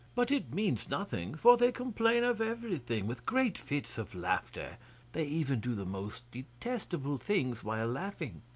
but it means nothing, for they complain of everything with great fits of laughter they even do the most detestable things while laughing.